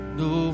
no